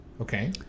Okay